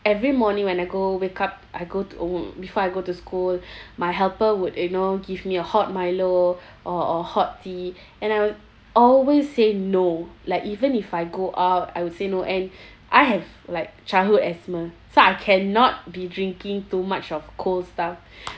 every morning when I go wake up I go to ov~ mm before I go to school my helper would you know give me a hot Milo or or hot tea and I will always say no like even if I go out I would say no and I have like childhood asthma so I cannot be drinking too much of cold stuff